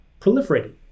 proliferating